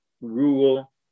rule